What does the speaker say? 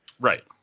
Right